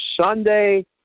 Sunday